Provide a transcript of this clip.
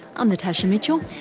i'm natasha mitchell,